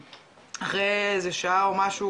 אחרי איזה שעה או משהו,